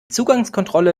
zugangskontrolle